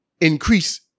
increase